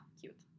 cute